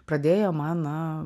pradėjo man na